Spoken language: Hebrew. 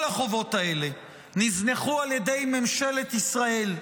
כל החובות האלה נזנחו על ידי ממשלת ישראל.